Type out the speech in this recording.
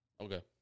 Okay